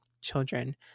children